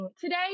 Today